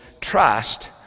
trust